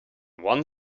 one